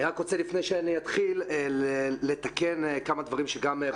אני רק רוצה לפני שאתחיל לתקן כמה דברים שגם רחלי אברמזון אמרה.